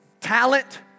talent